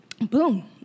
boom